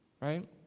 right